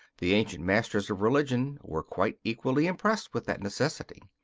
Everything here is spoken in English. the ancient masters of religion were quite equally impressed with that necessity.